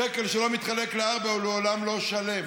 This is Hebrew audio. שקל שלא מתחלק לארבע הוא לעולם לא שלם.